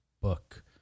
book